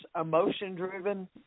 emotion-driven